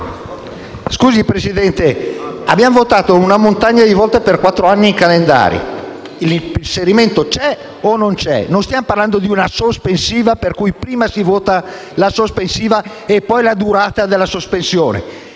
Scusi Presidente, abbiamo votato i calendari una montagna di volte per quattro anni: l'inserimento c'è o non c'è. Non stiamo parlando di una sospensiva, per cui prima si vota la sospensiva e poi la durata della sospensione.